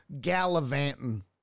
gallivanting